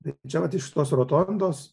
čia vat iš tos rotondos